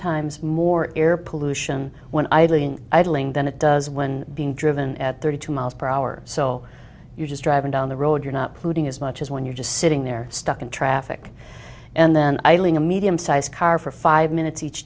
times more air pollution when idling idling than it does when being driven at thirty two miles per hour so you're just driving down the road you're not polluting as much as when you're just sitting there stuck in traffic and then i ling a medium size car for five minutes each